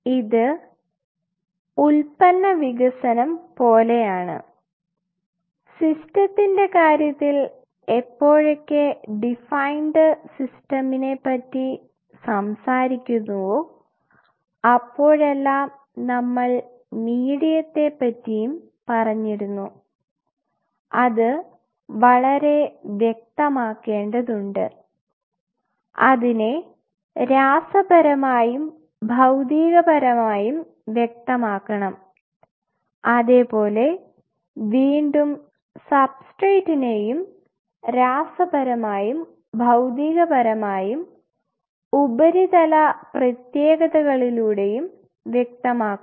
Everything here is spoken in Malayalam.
ഇത് ഉൽപ്പന്ന വികസനം പോലെയാണ് ആണ് സിസ്റ്റത്തിൻറെ കാര്യത്തിൽ എപ്പോഴൊക്കെ ഡിഫൈൻഡ് സിസ്റ്റമിനെ പറ്റി സംസാരിക്കുന്നുവോ അപ്പോഴെല്ലാം നമ്മൾ മീഡിയത്തെ പറ്റിയും പറഞ്ഞിരുന്നു അത് വളരെ വ്യക്തമാക്കേണ്ടതുണ്ട് അതിനെ രാസപരമായും ഭൌതികപരമായും വ്യക്തമാക്കണം അതേപോലെ വീണ്ടും സബ്സ്ട്രേറ്റ്റ്റിനെയും രാസപരമായും ഭൌതികപരമായും ഉപരിതല പ്രത്യേകതകളിലൂടെയും വ്യക്തമാക്കണം